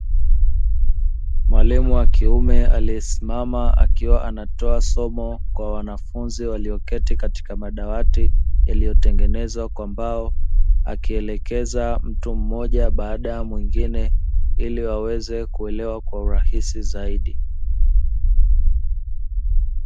Mwalimu wa kiume aliyesimama, akiwa anatoa somo kwa wanafunzi walioketi katika madawati yaliyotengenezwa kwa mbao, akielekeza mtu mmoja baada ya mwingine ili waweze kuelewa kwa urahisi zaidi.